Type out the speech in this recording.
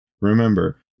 Remember